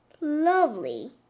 Lovely